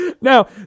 Now